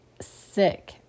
sick